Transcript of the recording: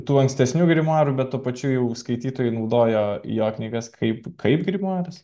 tų ankstesnių grimuarų bet tuo pačiu jau skaitytojai naudojo jo knygas kaip kaip grimuarus